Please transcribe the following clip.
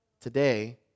today